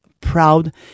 proud